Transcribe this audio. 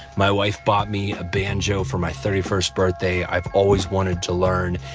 my wife bought me a banjo for my thirty first birthday. i've always wanted to learn.